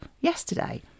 Yesterday